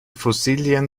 fossilien